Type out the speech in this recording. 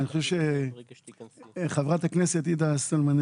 אני חושב שחברת הכנסת עאידה סולימן,